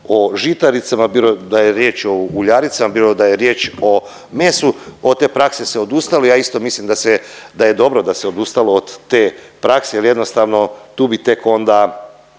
o žitaricama, bilo da je riječ o uljaricama, bilo da je riječ o mesu, od te prakse se odustalo, ja isto mislim da je dobro da se odustalo od te prakse jer jednostavno tu bi tek onda